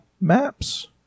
maps